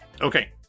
Okay